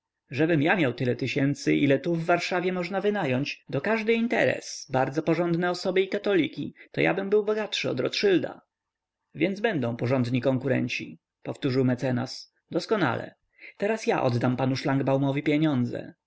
żebym ja miał tyle tysięcy ile tu w warszawie można wynająć do każdy interes bardzo porządne osoby i katoliki to jabym był bogatszy od rotszylda więc będą porządni konkurenci powtórzył mecenas doskonale teraz ja oddam panu szlangbaumowi pieniądze